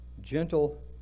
gentle